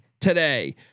today